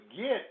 get